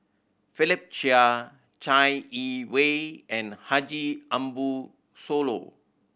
Philip Chia Chai Yee Wei and Haji Ambo Sooloh